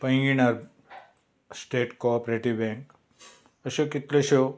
पैंगीण अ state cooperative bank अश्यो कितल्योश्योच